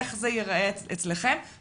איך זה ייראה אצלכם?